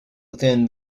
within